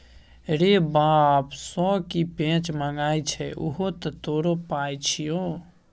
रे बाप सँ की पैंच मांगय छै उहो तँ तोरो पाय छियौ